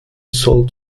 soll